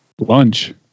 Lunch